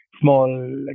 small